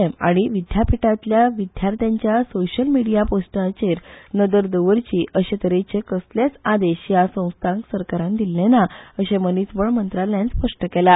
एम आनी विद्यापीठातल्या विद्यार्थ्यांच्या सोशियल मीडिया पोस्टाचेर नदर दवरची अशे तरेचे कसलेच आदेश ह्या संस्थांक सरकारान दिल्ले ना अशे मनीसबळ मंत्रालयान स्पष्ट केला